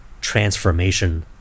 transformation